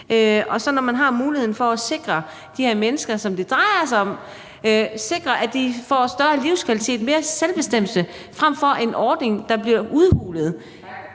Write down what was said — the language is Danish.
Og når man så har muligheden for at sikre, at de her mennesker, som det drejer sig om, får større livskvalitet og mere selvbestemmelse frem for en ordning, der bliver udhulet,